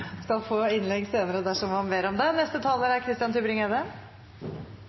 skal få innlegg senere dersom han ber om det. Et av politikkens minst sjarmerende trekk er